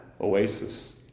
oasis